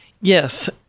Yes